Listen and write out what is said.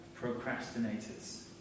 procrastinators